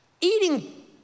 Eating